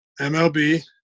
MLB